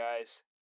guys